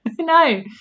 no